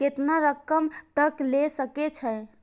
केतना रकम तक ले सके छै?